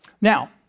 Now